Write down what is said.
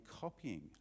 copying